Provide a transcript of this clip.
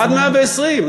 עד מאה-ועשרים.